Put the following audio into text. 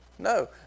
No